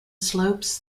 slopes